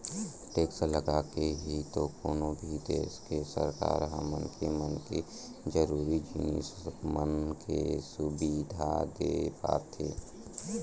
tax लगाके ही तो कोनो भी देस के सरकार ह मनखे मन के जरुरी जिनिस मन के सुबिधा देय पाथे